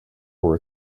for